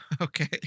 Okay